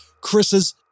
Chris's